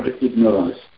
ignorance